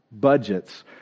budgets